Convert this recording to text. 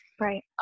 Right